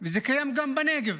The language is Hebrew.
וזה קיים גם בנגב.